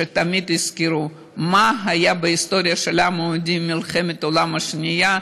שתמיד יזכרו מה היה בהיסטוריה של העם היהודי במלחמת העולם השנייה,